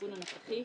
התיקון הנוכחי,